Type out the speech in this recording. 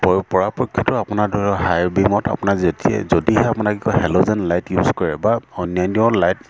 পৰো পৰাপক্ষতো আপোনাৰ ধৰি লওক হাই বিমত আপোনাৰ যেতিয়াই যদিহে আপোনাৰ কি কয় হেল'জেন লাইট ইউজ কৰে বা অন্যান্য লাইট